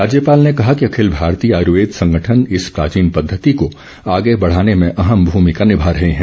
राज्यपाल ने कहा कि अखिल भारतीय आयुर्वेद संगठन इस प्राचीन पद्धति को आगे बढ़ाने में अहम भूमिका निभा रहे हैं